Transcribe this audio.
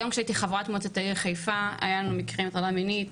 גם כשהייתי חברת מועצת העיר חיפה היו לנו מקרי הטרדה מינית,